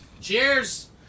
Cheers